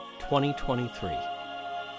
2023